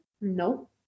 No